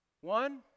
One